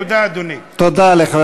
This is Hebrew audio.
תודה, אדוני.